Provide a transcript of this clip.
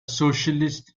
socialist